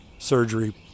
surgery